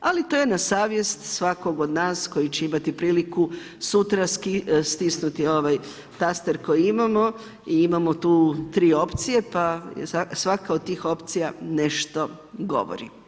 Ali to je na savjest svakog od nas koji će imati priliku sutra stisnuti ovaj taster koji imamo i imamo tu tri opcije pa svaka od tih opcija nešto govori.